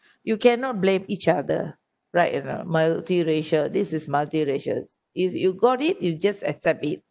you cannot blame each other right or not multiracial this is multiracial if you got it you just accept it